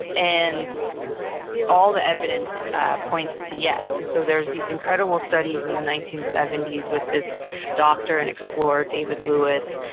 and all the evidence points to yes and so there's these incredible studies in the nineteen seventy s with this doctor and explorer, david lewis,